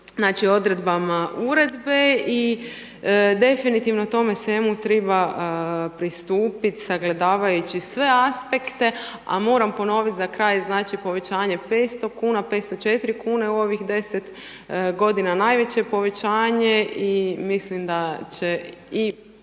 odredbama uredbe i definitivno tome svemu treba pristupu sagledavajući sve aspekte a moram ponoviti za kraj, znači povećanje 500 kuna, 504 kune u ovim 10 g. najveće je povećanje i mislim da će i